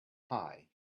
high